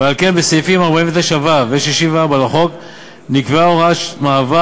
ועל כן בסעיפים 49(ו) ו-64 לחוק נקבעה הוראת מעבר